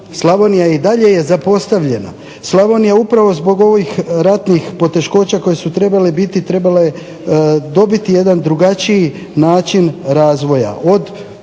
Slavonija i dalje je zapostavljena. Slavonija upravo zbog ovih ratnih poteškoća koje su trebale biti trebala je dobiti jedan drugačiji način razvoja,